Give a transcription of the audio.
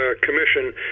commission